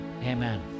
Amen